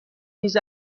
نیز